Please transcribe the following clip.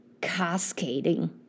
cascading